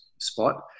spot